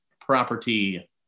property